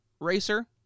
racer